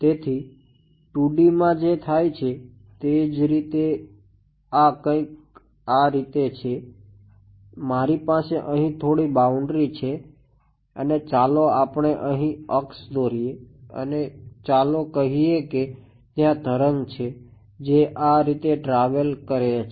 તેથી 2 D માં જે થાય છે તે જ રીતે આ કંઈક આ રીતે છે મારી પાસે અહી થોડી બાઉન્ડ્રી કરે છે